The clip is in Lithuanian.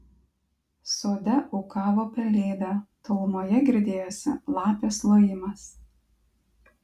sode ūkavo pelėda tolumoje girdėjosi lapės lojimas